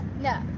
No